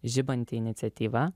žibanti iniciatyva